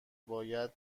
باید